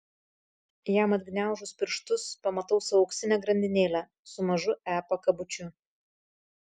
jam atgniaužus pirštus pamatau savo auksinę grandinėlę su mažu e pakabučiu